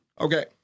Okay